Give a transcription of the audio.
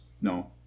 No